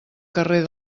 carrer